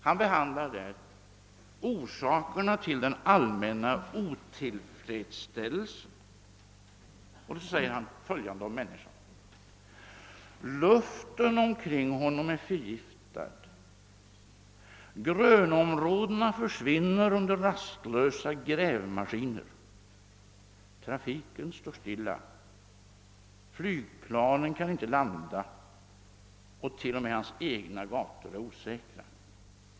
Han behandlar där »orsakerna till den allmänna otillfredsställelsen» och säger följande om människan: »Luften omkring honom är förgiftad, grönområden försvinner under rastlösa grävmaskiner, trafiken står stilla, flygplanen kan inte landa och t.o.m. hans egna gator är osäkra.